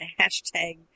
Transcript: hashtag